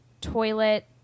toilet